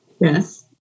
Yes